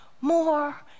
more